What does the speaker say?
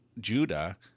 Judah